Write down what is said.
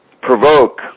Provoke